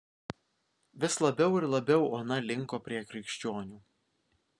vis labiau ir labiau ona linko prie krikščionių